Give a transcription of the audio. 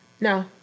No